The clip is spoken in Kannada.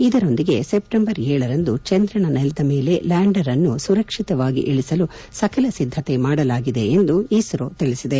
ಇದರೊಂದಿಗೆ ಸಪ್ಪಂಬರ್ ಗರಂದು ಚಂದ್ರನ ನೆಲದ ಮೇಲೆ ಲ್ಯಾಂಡರ್ನ್ನು ಸುರಕ್ಷಿತವಾಗಿ ಇಳಿಸುವ ಸಕಲ ಸಿದ್ದತೆ ಮಾಡಲಾಗಿದೆ ಎಂದು ಇಸ್ತೋ ತಿಳಿಸಿದೆ